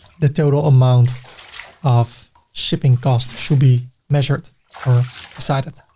the total amount of shipping costs should be measured or decided.